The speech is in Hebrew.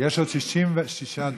יש עוד 66 דוברים.